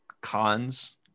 cons